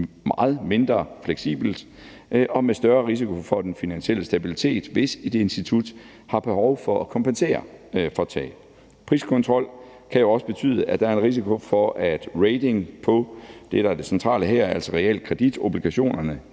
meget mindre fleksibelt og med større risiko for den finansielle stabilitet, hvis et institut har behov for at kompensere for tab. Priskontrol kan også betyde, at der er en risiko for, at rating på det, der er det centrale her, altså realkreditobligationerne,